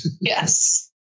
Yes